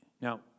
Now